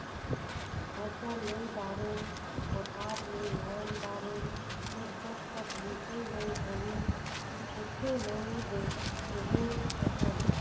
फसल लुई दारेन, कोठार मे लायन दारेन फेर जब तक मिसई नइ होही कुछु नइ केहे सकन